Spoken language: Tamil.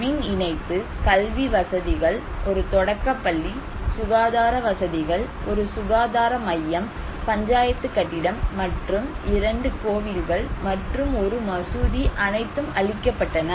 மின் இணைப்பு கல்வி வசதிகள் ஒரு தொடக்கப்பள்ளி சுகாதார வசதிகள் ஒரு சுகாதார மையம் பஞ்சாயத்து கட்டிடம் மற்றும் இரண்டு கோவில்கள் மற்றும் ஒரு மசூதி அனைத்தும் அழிக்கப்பட்டன